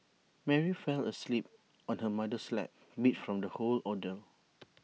Mary fell asleep on her mother's lap beat from the whole ordeal